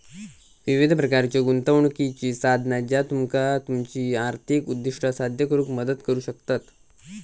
विविध प्रकारच्यो गुंतवणुकीची साधना ज्या तुमका तुमची आर्थिक उद्दिष्टा साध्य करुक मदत करू शकतत